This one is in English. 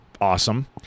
Awesome